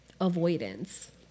avoidance